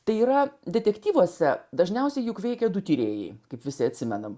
tai yra detektyvuose dažniausiai juk veikė du tyrėjai kaip visi atsimename